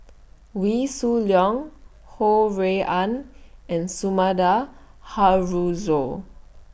Wee Shoo Leong Ho Rui An and Sumida Haruzo